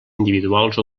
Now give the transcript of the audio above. individuals